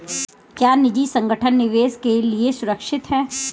क्या निजी संगठन निवेश के लिए सुरक्षित हैं?